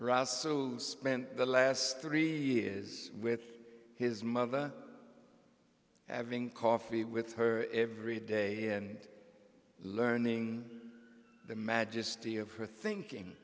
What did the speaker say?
russell spent the last three years with his mother having coffee with her every day and learning the majesty of her thinking